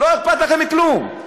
לא אכפת לכם מכלום.